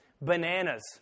Bananas